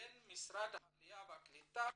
בין משרד עליה והקליטה